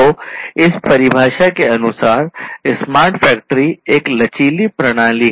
तो इस परिभाषा के अनुसार " स्मार्ट फैक्टरी एक लचीली प्रणाली है